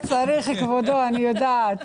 להמשיך כך.